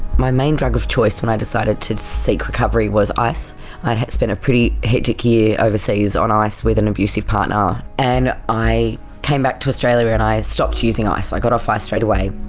my main drug of choice when i decided to seek recovery was ice. i had had spent a pretty hectic year overseas on ice with an abusive partner. and i came back to australia and i stopped using ice, i got off ice straight away,